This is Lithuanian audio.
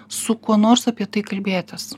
su kuo nors apie tai kalbėtis